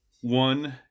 one